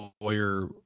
lawyer